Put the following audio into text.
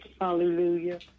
Hallelujah